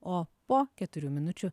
o po keturių minučių